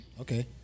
Okay